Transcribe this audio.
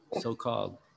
so-called